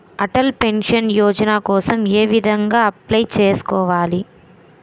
Atal pension Yojana కోసం ఏ విధంగా అప్లయ్ చేసుకోవాలి?